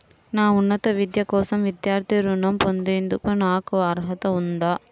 నా ఉన్నత విద్య కోసం విద్యార్థి రుణం పొందేందుకు నాకు అర్హత ఉందా?